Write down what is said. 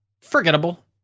forgettable